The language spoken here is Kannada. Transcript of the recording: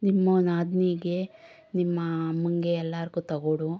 ನಿಮ್ಮ ನಾದಿನಿಗೆ ನಿಮ್ಮ ಅಮ್ಮನಿಗೆ ಎಲ್ಲರಿಗೂ ತಗೊಡು